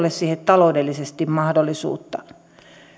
ole siihen taloudellisesti mahdollisuutta